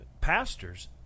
pastors